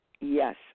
Yes